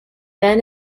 then